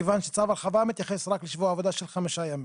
כיוון שצו הרחבה מתייחס רק לשבוע עבודה של חמישה ימים.